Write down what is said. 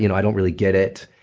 you know i don't really get it.